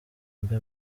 mbe